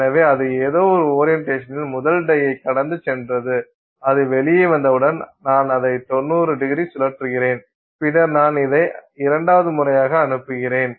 எனவே அது ஏதோ ஒரு ஓரியன்டேசனில் முதல் டையை கடந்து சென்றது அது வெளியே வந்தவுடன் நான் அதை 90º சுழற்றுகிறேன் பின்னர் நான் அதை இரண்டாவது முறையாக அனுப்புகிறேன்